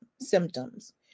symptoms